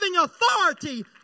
authority